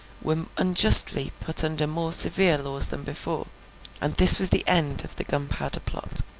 were unjustly put under more severe laws than before and this was the end of the gunpowder plot.